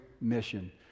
mission